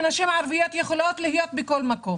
כנשים ערביות, יכולות להיות בכל מקום